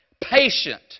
patient